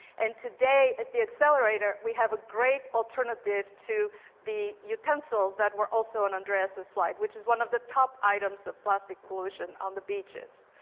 and today at the accelerator, we have a great alternative to the utensils that were also on andreas' slide, which is one of the top items of plastic pollution on the beaches.